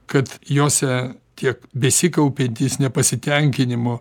kad jose tiek besikaupiantys nepasitenkinimo